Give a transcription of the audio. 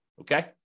Okay